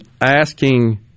asking